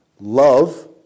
love